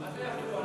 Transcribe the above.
מה זה "יכלו"?